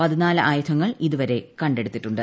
പതിനാല് ആയുധങ്ങൾ ഇതുവരെ കണ്ടെടുത്തിട്ടുണ്ട്